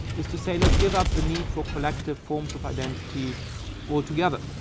is to say let's give up the need for collective forms of identity altogether.